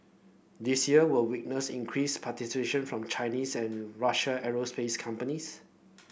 this year will witness increased participation from Chinese and Russian aerospace companies